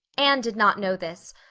anne did not know this,